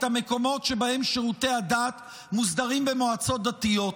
המקומות שבהם שירותי הדת מוסדרים במועצות דתיות.